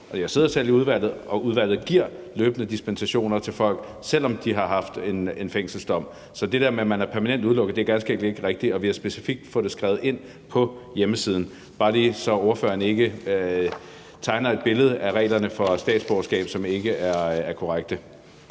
Jeg sidder selv i udvalget, og udvalget giver løbende dispensationer til folk, selv om de har en fængselsdom bag sig. Så det der med, at man er permanent udelukket, er ganske enkelt ikke rigtigt, og vi har specifikt fået det skrevet ind på hjemmesiden. Det er bare lige, så ordføreren ikke tegner et billede af reglerne for statsborgerskab, som ikke er korrekt.